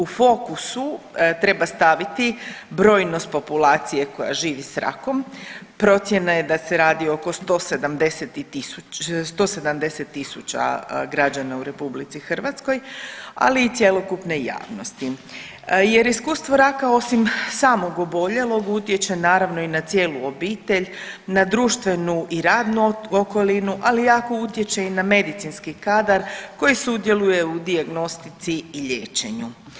U fokusu treba staviti brojnost populacije koja živi s rakom, procjena je da se radi oko 170 tisuća građana u RH, ali i cjelokupne javnosti jer iskustvo raka osim samog oboljelog utječe naravno i na cijelu obitelj, na društvenu i radnu okolinu, ali jako utječe i na medicinski kadar koji sudjeluje u dijagnostici i liječenju.